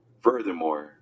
Furthermore